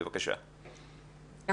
בבקשה, מיכל.